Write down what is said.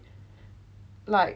like